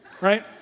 right